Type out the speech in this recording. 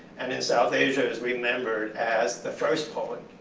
and in south asia is remembered as the first poet.